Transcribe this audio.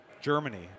Germany